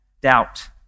doubt